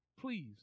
Please